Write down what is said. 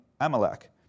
Amalek